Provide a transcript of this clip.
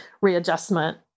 readjustment